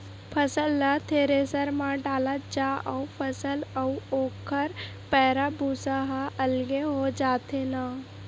फसल ल थेरेसर म डालत जा अउ फसल अउ ओखर पैरा, भूसा ह अलगे हो जाथे न